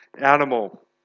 animal